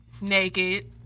naked